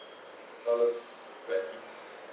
dollars